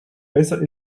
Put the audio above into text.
besser